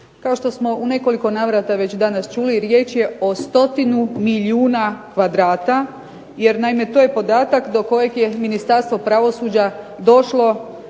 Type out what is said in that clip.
Kao što smo u nekoliko navrata već danas čuli riječ je o stotinu milijuna kvadrata, jer to je podatak do kojeg je Ministarstvo pravosuđa došlo